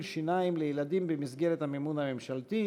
שיניים לילדים במסגרת המימון הממשלתי.